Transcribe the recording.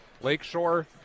Lakeshore